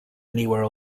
anywhere